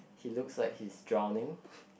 he looks like he's drowning